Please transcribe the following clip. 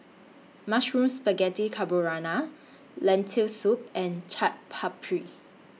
Mushroom Spaghetti Carbonara Lentil Soup and Chaat Papri